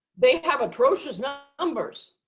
they have atrocious numbers